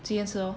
今天吃 lor